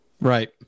Right